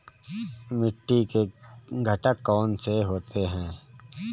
मिट्टी के घटक कौन से होते हैं?